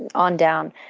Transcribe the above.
and on down.